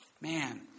Man